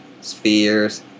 Spheres